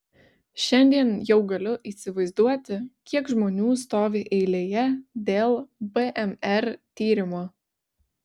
šiandien jau galiu įsivaizduoti kiek žmonių stovi eilėje dėl bmr tyrimo